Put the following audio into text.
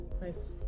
Nice